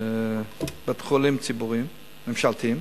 בבית-חולים ציבורי, ממשלתי,